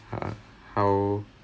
how